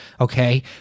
okay